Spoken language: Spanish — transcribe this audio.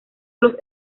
los